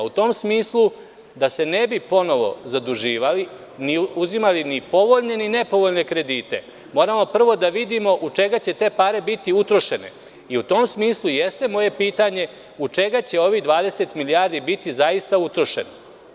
U tom smislu, da se ne bi ponovo zaduživali i uzimali povoljne i nepovoljne kredite, moramo prvo da vidimo u šta će te pare biti utrošene i u tom smislu jeste moje pitanje – u šta će ovih 20 milijardi biti zaista utrošeno?